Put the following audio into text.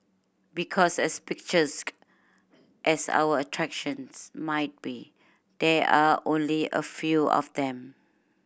because as picturesque as our attractions might be there are only a few of them